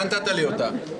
אתה נתת לי אותה.